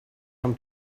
come